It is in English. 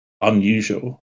unusual